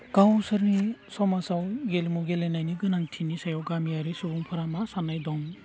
गावसोरनि समाजाव गेलेमु गेलेनायनि गोनांथिनि सायाव गामियारि सुबुंफोरा मा साननाय दं